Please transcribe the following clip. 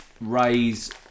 raise